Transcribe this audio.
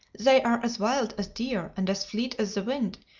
they are as wild as deer and as fleet as the wind,